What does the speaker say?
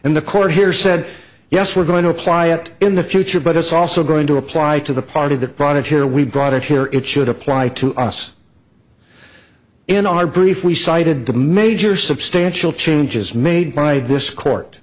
and the court here said yes we're going to apply it in the future but it's also going to apply to the party that brought it here we brought it here it should apply to us in our brief we cited the major substantial changes made by this court